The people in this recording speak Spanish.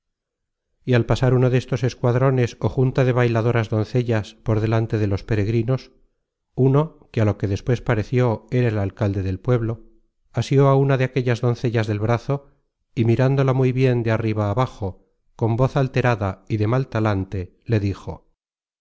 y al pasar uno destos escuadrones ó junta de bailadoras doncellas por delante de los peregrinos uno que á lo que despues pareció era el alcalde del pueblo asió á una de aquellas doncellas del brazo y mirándola muy bien de arriba abajo con voz alterada y de mal talante le dijo